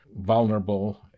vulnerable